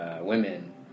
women